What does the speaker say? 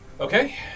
Okay